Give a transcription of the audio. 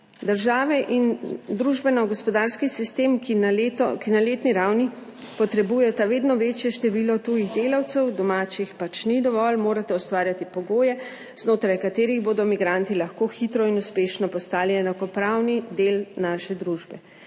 Države in družbeno-gospodarski sistem, ki na letni ravni potrebujeta vedno večje število tujih delavcev, domačih pač ni dovolj, morata ustvarjati pogoje, znotraj katerih bodo migranti lahko hitro in uspešno postali enakopravni del naše družbe.